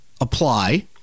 apply